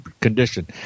condition